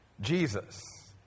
Jesus